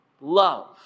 Love